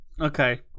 okay